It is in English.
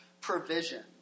provision